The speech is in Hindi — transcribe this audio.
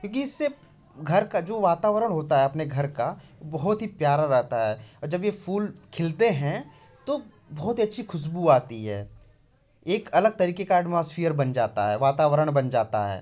क्योंकि इससे घर का जो वातावरण होता है अपने घर का बहुत ही प्यारा रहता है और जब ये फूल खिलते हैं तो बहुत ही अच्छी खुशबू आती है एक अलग तरीके का अटमॉस्फ़ियर बन जाता है वातावरण बन जाता है